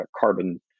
carbon